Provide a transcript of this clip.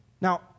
Now